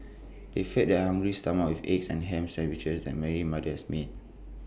they fed their hungry stomachs with eggs and Ham Sandwiches that Mary's mother has made